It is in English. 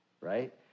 Right